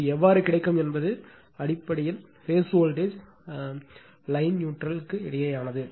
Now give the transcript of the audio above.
அது எவ்வாறு கிடைக்கும் என்பது அடிப்படையில் பேஸ் வோல்ட்டேஜ் லைன் நியூட்ரல் இடையேயானது